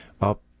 up